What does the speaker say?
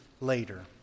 later